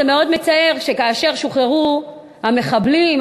זה מאוד מצער שכאשר שוחררו המחבלים,